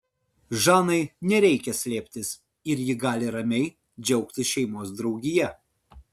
žanai nereikia slėptis ir ji gali ramiai džiaugtis šeimos draugija